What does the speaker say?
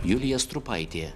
julija strupaitė